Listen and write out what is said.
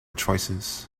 choices